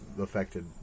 affected